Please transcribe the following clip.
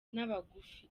n’abagufi